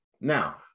Now